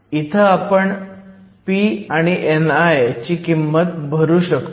इथं आपण p आणि ni ची किंमत भरू शकतो